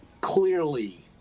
clearly